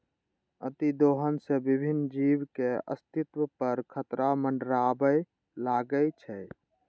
अतिदोहन सं विभिन्न जीवक अस्तित्व पर खतरा मंडराबय लागै छै